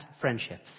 friendships